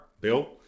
Bill